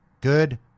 good